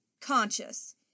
conscious